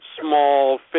small